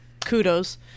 kudos